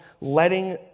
letting